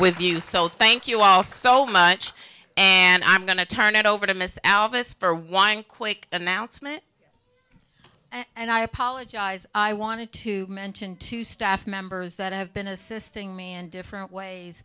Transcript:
with you so thank you all so much and i'm going to turn it over to miss alice for one quick announcement and i apologize i wanted to mention to staff members that have been assisting me and different ways